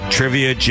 Trivia